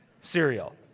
Cereal